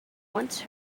once